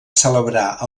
celebrar